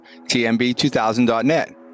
tmb2000.net